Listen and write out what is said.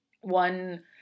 one